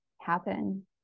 happen